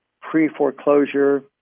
pre-foreclosure